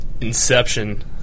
inception